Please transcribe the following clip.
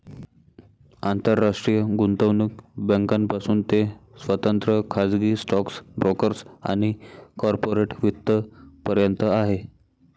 आंतरराष्ट्रीय गुंतवणूक बँकांपासून ते स्वतंत्र खाजगी स्टॉक ब्रोकर्स आणि कॉर्पोरेट वित्त पर्यंत आहे